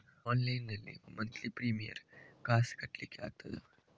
Online ನಲ್ಲಿ monthly premier ಕಾಸ್ ಕಟ್ಲಿಕ್ಕೆ ಆಗ್ತದಾ?